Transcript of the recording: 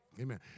Amen